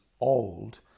old